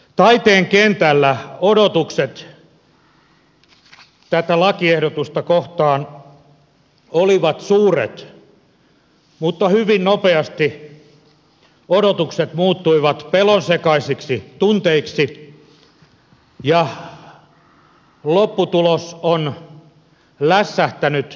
taiteen kentällä odotukset tätä lakiehdotusta kohtaan olivat suuret mutta hyvin nopeasti ne muuttuivat pelonsekaisiksi tunteiksi ja lopputulos on lässähtänyt pannukakku